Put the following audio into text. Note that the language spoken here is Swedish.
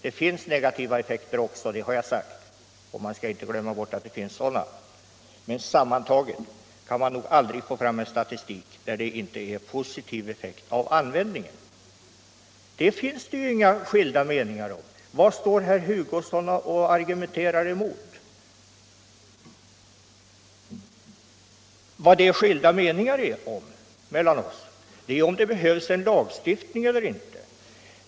Det finns negativa effekter också — det har jag sagt och man skall inte glömma bort detta, men sammantaget kan man nog aldrig få fram en statistik där det inte är en positiv effekt av användningen. Detta råder det ju inga skilda meningar om. Vad står herr Hugosson och argumenterar mot? Vad vi har skilda meningar om är huruvida det behövs en lagstiftning eller inte.